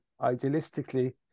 idealistically